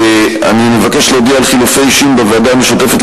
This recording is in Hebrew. אני מבקש להודיע על חילופי אישים בוועדה המשותפת